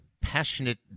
passionate